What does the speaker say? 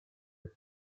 эту